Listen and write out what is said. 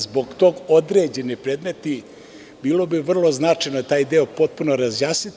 Zbog toga „određeni predmeti“, bilo bi vrlo značajno taj deo potpuno razjasniti.